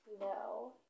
No